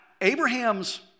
Abraham's